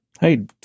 Hey